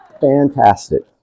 Fantastic